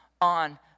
on